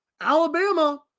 Alabama